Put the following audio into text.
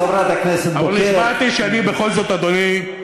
חברת הכנסת בוקר.